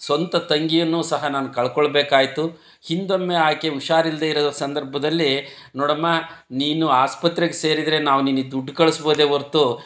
ಸ್ವಂತ ತಂಗಿಯನ್ನೂ ಸಹ ನಾನು ಕಳ್ಕೊಳ್ಳಬೇಕಾಯ್ತು ಹಿಂದೊಮ್ಮೆ ಆಕೆ ಹುಷಾರಿಲ್ಲದೆ ಇರುವ ಸಂದರ್ಭದಲ್ಲಿ ನೋಡಮ್ಮ ನೀನು ಆಸ್ಪತ್ರೆಗೆ ಸೇರಿದರೆ ನಾವು ನಿನಗೆ ದುಡ್ಡು ಕಳಿಸ್ಬೋದೇ ಹೊರ್ತು